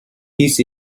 his